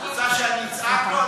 את רוצה שאני אצעק לו?